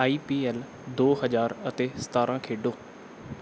IPL ਦੋ ਹਜ਼ਾਰ ਅਤੇ ਸਤਾਰ੍ਹਾਂ ਖੇਡੋ